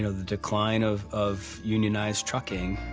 you know the decline of, of unionized trucking.